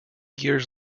years